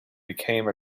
became